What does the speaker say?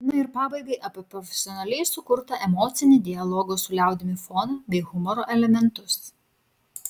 na ir pabaigai apie profesionaliai sukurtą emocinį dialogo su liaudimi foną bei humoro elementus